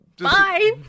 bye